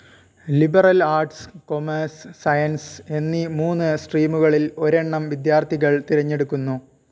liberal arts commerce science എന്നീ മൂന്ന് സ്ട്രീമുകളിൽ ഒരെണ്ണം വിദ്യാർത്ഥികൾ തിരഞ്ഞെടുക്കുന്നു